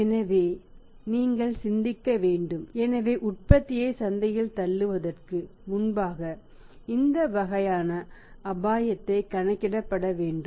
எனவே நீங்கள் சிந்திக்க வேண்டும் எனவே உற்பத்தியை சந்தையில் தள்ளுவதற்கு முன்பாக இந்த வகையான அபாயத்தை கணக்கிடப்பட்ட வேண்டும்